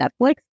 Netflix